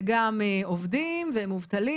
וגם עובדים ומובטלים.